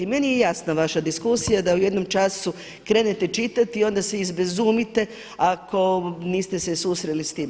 Meni je jasna vaša diskusija da u jednom času krenete čitati i onda se izbezumite ako niste se susreli s tim.